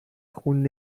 خون